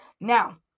Now